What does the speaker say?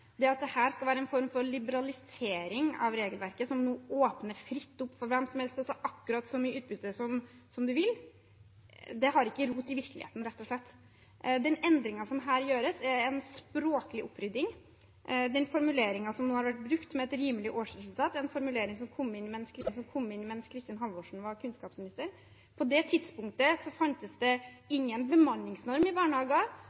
skal være en form for liberalisering av regelverket, som åpner fritt opp for hvem som helst til å ta akkurat så mye utbytte som man vil, har ikke rot i virkeligheten, rett og slett. Endringen som her gjøres, er en språklig opprydding. Den formuleringen som har vært brukt, «et rimelig årsresultat», er en formulering som kom inn mens Kristin Halvorsen var kunnskapsminister. På det tidspunktet fantes det